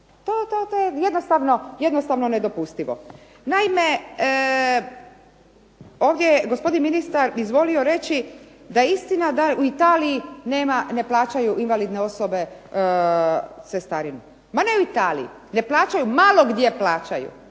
To je jednostavno nedopustivo. Naime, ovdje je gospodin ministar izvolio reći da je istina da u Italiji ne plaćaju invalidne osobe cestarinu. Ma ne u Italiji, malo gdje plaćaju,